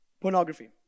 pornography